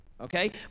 okay